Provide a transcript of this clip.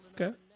Okay